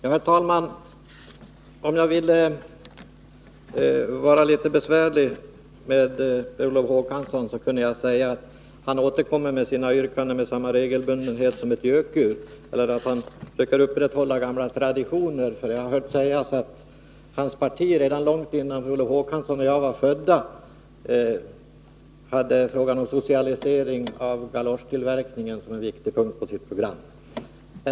Herr talman! Om jag ville vara litet besvärlig mot Per Olof Håkansson skulle jag kunna säga att han återkommer med sina yrkanden med samma regelbundenhet som ett gökur gal eller att han söker upprätthålla gamla traditioner. Jag har hört sägas att hans parti redan långt innan han och jag var födda hade frågan om socialisering av galoschtillverkningen som en viktig punkt på sitt program.